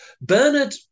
Bernard